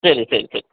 ശരി ശരി ശരി